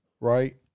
Right